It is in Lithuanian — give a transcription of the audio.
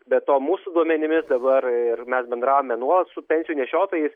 be to mūsų duomenimis dabar ir mes bendravome nuolat su pensijų nešiotojais